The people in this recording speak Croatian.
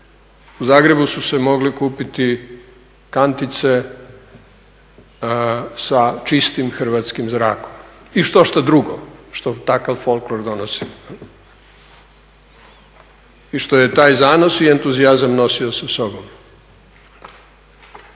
U Zagrebu su se mogli kupiti kantice sa čistim hrvatskih zrakom i štošta drugo što takav folklor donosi i što je taj zanos i entuzijazam nosio sa sobom.